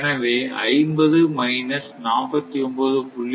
எனவே 50 மைனஸ் 49